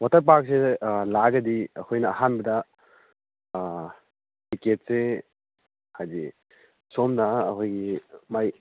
water ꯄꯥꯔꯛꯁꯤ ꯂꯥꯛꯑꯒꯗꯤ ꯑꯩꯈꯣꯏꯅ ꯑꯍꯥꯟꯕꯗ ꯇꯤꯛꯀꯦꯠꯁꯦ ꯍꯥꯏꯗꯤ ꯁꯣꯝꯅ ꯑꯩꯈꯣꯏꯒꯤ ꯃꯥꯏ